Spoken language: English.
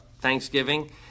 Thanksgiving